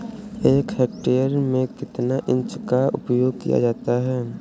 एक हेक्टेयर में कितना जिंक का उपयोग किया जाता है?